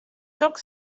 took